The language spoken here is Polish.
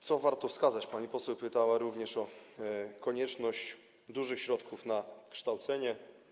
Co warto wskazać, pani poseł pytała również o konieczność dużych środków na kształcenie.